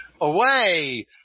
away